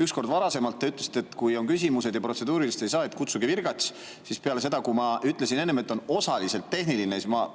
Üks kord varem te ütlesite, et kui on küsimused ja protseduurilist ei saa, kutsuge virgats. Peale seda, kui ma ütlesin enne, et on osaliselt tehniline, sest ta